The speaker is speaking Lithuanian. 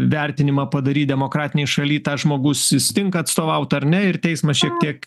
vertinimą padaryt demokratinėj šaly tas žmogus jis tinka atstovaut ar ne ir teismas šiek tiek